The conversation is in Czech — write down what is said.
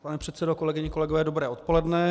Pane předsedo, kolegyně, kolegové, dobré odpoledne.